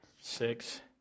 Six